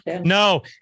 No